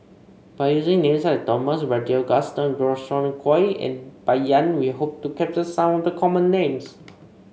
by using names such as Thomas Braddell Gaston Dutronquoy and Bai Yan we hope to capture some of the common names